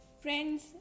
friends